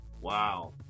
Wow